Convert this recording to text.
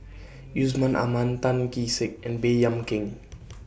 Yusman Aman Tan Kee Sek and Baey Yam Keng